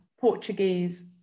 Portuguese